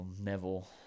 Neville